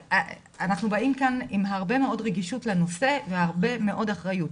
אנחנו באים כאן עם הרבה מאוד רגישות לנושא והרבה מאוד אחריות.